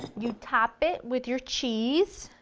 you top it with your cheese.